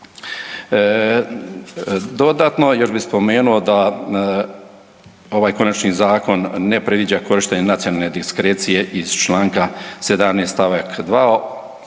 Dodatno još bi spomenuo da ovaj konačni zakon ne predviđa korištenje nacionalne diskrecije iz čl. 17.